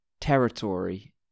territory